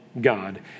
God